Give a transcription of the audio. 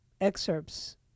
excerpts